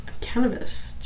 cannabis